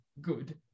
good